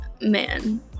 man